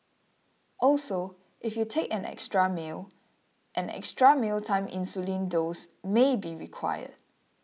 also if you take an extra meal an extra mealtime insulin dose may be required